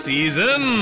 Season